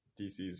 dc's